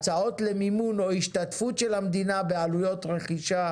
הצעות למימון או השתתפות של המדינה בעלויות רכישה',